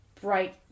bright